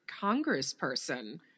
congressperson